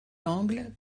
angle